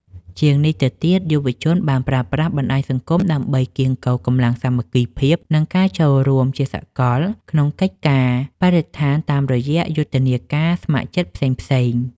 ជាងនេះទៅទៀត យុវជនបានប្រើប្រាស់បណ្ដាញសង្គមដើម្បីកៀងគរកម្លាំងសាមគ្គីភាព និងការចូលរួមជាសកលក្នុងកិច្ចការងារបរិស្ថានតាមរយៈយុទ្ធនាការស្ម័គ្រចិត្តផ្សេងៗ។